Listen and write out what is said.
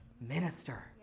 Minister